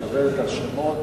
יקבל את השמות,